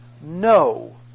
no